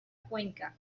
cuenca